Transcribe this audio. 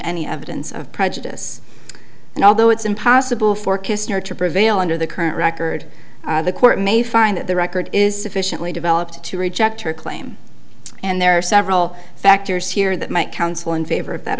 any evidence of prejudice and although it's impossible for kisner to prevail under the current record the court may find that the record is sufficiently developed to reject her claim and there are several factors here that might counsel in favor of that